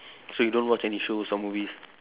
so you don't watch any shows or movies